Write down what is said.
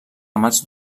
ramats